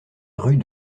rue